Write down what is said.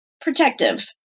protective